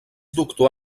doctor